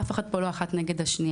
אף אחת פה לא אחת נגד השנייה.